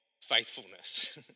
faithfulness